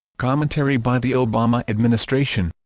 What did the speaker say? commentary by the obama administration